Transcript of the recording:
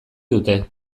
dute